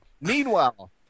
Meanwhile